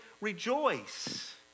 rejoice